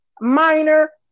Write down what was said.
minor